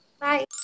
Bye